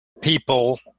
people